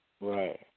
Right